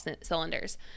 cylinders